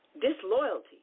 disloyalty